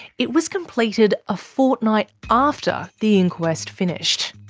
it was completed a fortnight after the inquest finished.